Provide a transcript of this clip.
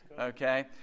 Okay